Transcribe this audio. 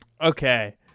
Okay